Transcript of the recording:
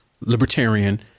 libertarian